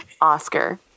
Oscar